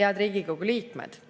Head Riigikogu liikmed!